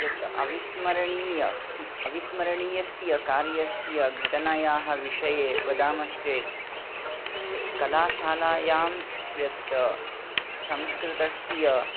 यत् अविस्मरणीय अविस्मरणीयस्य कार्यस्य घटणायाः विषये वदामश्चेत् यत् कलाशालायां यत् संस्कृतस्य